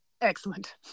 Excellent